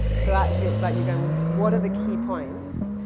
so actually, it's about you going, what are the key points,